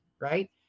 right